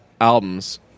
albums